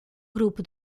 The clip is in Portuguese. grupo